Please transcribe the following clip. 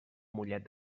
mollet